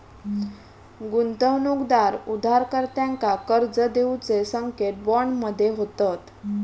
गुंतवणूकदार उधारकर्त्यांका कर्ज देऊचे संकेत बॉन्ड मध्ये होतत